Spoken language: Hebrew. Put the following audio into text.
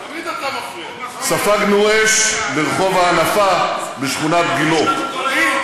ספגנו אש ברחוב האנפה בשכונת גילה.